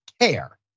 care